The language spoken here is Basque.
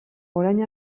orain